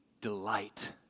delight